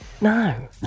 no